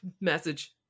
message